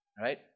Right